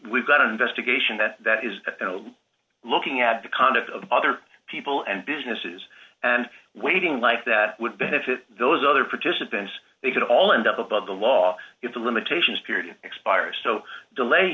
we've got an investigation that that is looking at the conduct of other people and businesses and waiting like that would benefit those other participants they could all end up above the law if the limitations period expires so delay